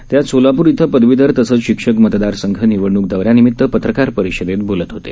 ते आज सोलापुर इथं पदवीधर तसंच शिक्षक मतदार संघ निवडणूक दौऱ्यानिमित पत्रकार परिषेदत बोलत होते